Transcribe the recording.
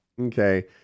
Okay